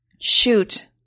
Shoot